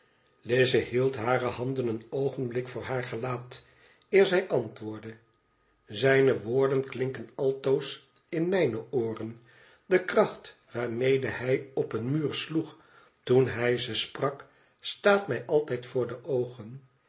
lize hield hare handen een oogenblik voor haar gelaat eer zij antwoordde zijne woorden klinken altoos in mijne ooren de kracht waarmede hij op een muur sloeg toen hij ze sprak staat mij altijd voor de oogen